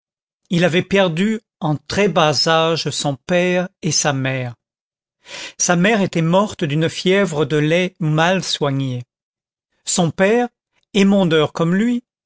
il avait perdu en très bas âge son père et sa mère sa mère était morte d'une fièvre de lait mal soignée son père émondeur comme lui